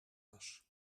was